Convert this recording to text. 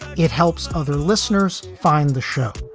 it helps other listeners find the show.